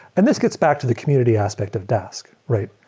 and this gets back to the community aspect of dask, right?